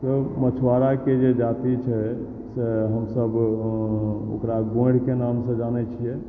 मछुआराके जे जाति छै से हमसभ ओकरा गोढ़िके नामसँ जानैत छियै